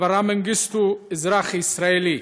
אברה מנגיסטו, אזרח ישראלי,